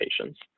patients